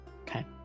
Okay